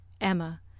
Emma